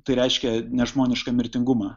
tai reiškia nežmonišką mirtingumą